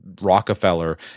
Rockefeller